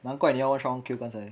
难怪你要 one shot one kill 刚才